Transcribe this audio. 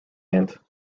ant